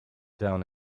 down